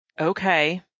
Okay